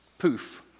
poof